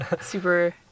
super